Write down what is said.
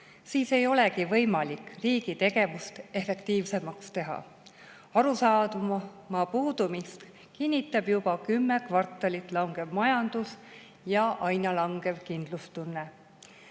siis ei olegi võimalik riigi tegevust efektiivsemaks teha. Arusaamade puudumist kinnitab juba kümme kvartalit langev majandus ja aina langev kindlustunne.